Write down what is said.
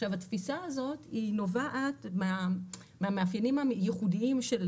התפיסה הזאת נובעת מהמאפיינים הייחודיים של